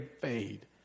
fade